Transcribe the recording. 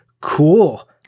cool